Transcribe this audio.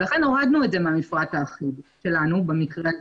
לכן הורדנו את זה מהמפרט האחיד שלנו במקרה הזה.